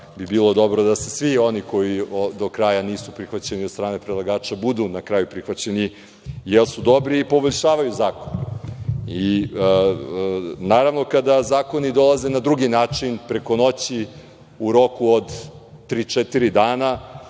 bi bilo dobro da svi, koji do kraja nisu prihvaćeni od strane predlagača, budu na kraju prihvaćeni, jer su dobri i poboljšavaju zakon. Naravno, kada zakoni dolaze na drugi način preko noći u roku od tri,